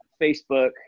Facebook